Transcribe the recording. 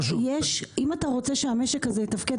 אם אתה רוצה שהמשק הזה יתפקד,